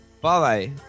Bye